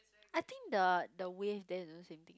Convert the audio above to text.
I think the the wave there don't know same thing